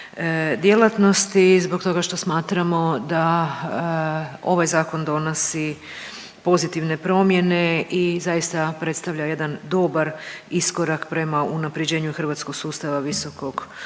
djelatnosti zbog toga što smatramo da ovaj zakon donosi pozitivne promjene i zaista predstavlja jedan dobar iskorak prema unaprjeđenju hrvatskog sustava visokog